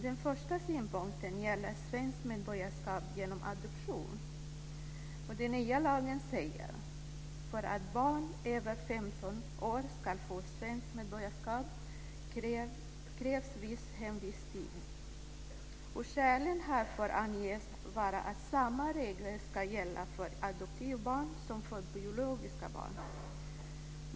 Den första synpunkten gäller svenskt medborgarskap genom adoption. Den nya lagen säger: "För att barn över 15 år skall få svenskt medborgarskap krävs viss hemvisttid." Skälen härför anges vara att samma regler ska gälla för adoptivbarn som för biologiska barn.